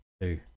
Two